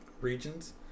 regions